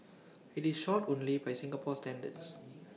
IT is short only by Singapore standards